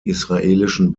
israelischen